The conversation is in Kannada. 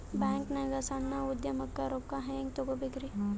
ಬ್ಯಾಂಕ್ನಾಗ ಸಣ್ಣ ಉದ್ಯಮಕ್ಕೆ ರೊಕ್ಕ ಹೆಂಗೆ ತಗೋಬೇಕ್ರಿ?